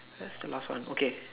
that's the last one okay